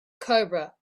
cobra